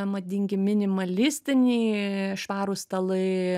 madingi minimalistiniai švarūs stalai